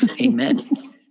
Amen